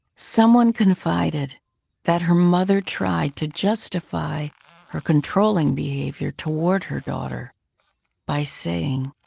someone confided that her mother tried to justify her controlling behavior toward her daughter by saying,